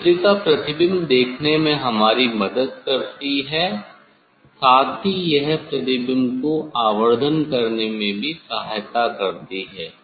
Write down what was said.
नेत्रिका प्रतिबिंब देखने में हमारी मदद करती है साथ ही यह प्रतिबिंब को आवर्धन करने में भी सहायता करती है